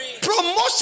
Promotion